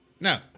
No